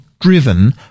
driven